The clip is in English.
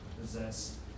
possess